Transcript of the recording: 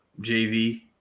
jv